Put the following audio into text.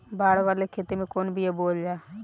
बाड़ वाले खेते मे कवन बिया बोआल जा?